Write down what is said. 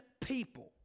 people